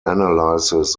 analysis